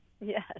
Yes